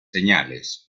señales